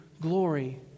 glory